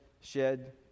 shed